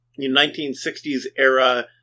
1960s-era